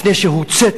לפני שהוּצאת